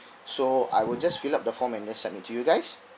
so I will just fill up the form and then submit to you guys